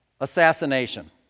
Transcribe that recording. assassination